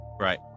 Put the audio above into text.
Right